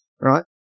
right